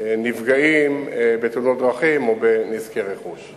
נפגעים בתאונות דרכים או נזקי רכוש.